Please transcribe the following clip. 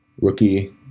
Rookie